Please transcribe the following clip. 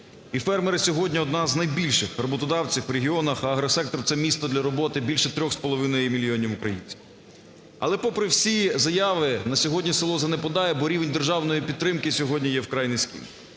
І фермери сьогодні – одні з найбільших роботодавців в регіонах, а агросектор – це місто для роботи більше 3,5 мільйонів українців. Але попри всі заяви на сьогодні село занепадає, бо рівень державної підтримки сьогодні є вкрай низький.